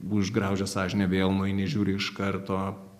užgraužia sąžinė vėl nueini žiūri iš karto